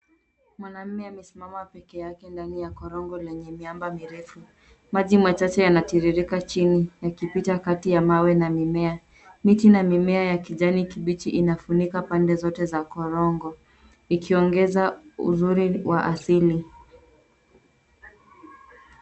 Mwanaume amesimama peke yake ndani ya korongo lenye miamba mirefu, maji machache yanatiririka chini, yakipita kando ya mawe na mimea, miti na mimea ya kijani kibichi inafunika pande zote za korongo ikiongeza, uzuri wa asili.